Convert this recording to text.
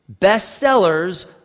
bestsellers